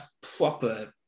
proper